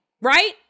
right